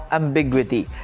ambiguity